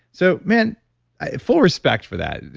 so man, full respect for that.